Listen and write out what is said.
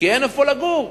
כי אין איפה לגור.